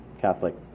Catholic